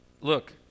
look